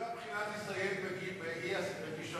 ואם הבחינה תסתיים בכישלון,